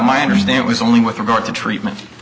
my understanding was only with regard to treatme